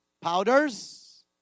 powders